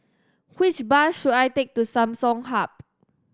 which bus should I take to Samsung Hub